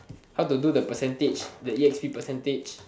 how to do the percentage the e_x_p percentage